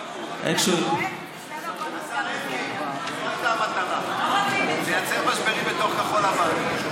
זו לא הייתה המטרה, לייצר משברים בתוך כחול לבן.